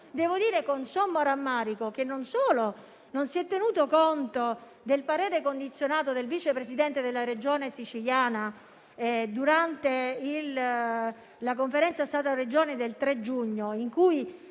Devo dire, con sommo rammarico, che non si è tenuto conto del parere condizionato del Vice Presidente della Regione siciliana durante la Conferenza Stato-Regioni del 3 giugno, in cui